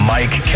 Mike